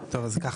טוב, אז ככה.